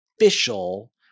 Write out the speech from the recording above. official